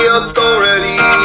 authority